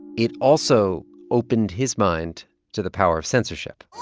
it also opened his mind to the power of censorship